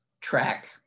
track